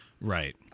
Right